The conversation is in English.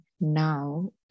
now